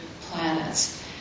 planets